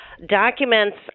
Documents